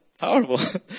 powerful